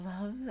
love